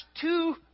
two